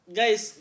guys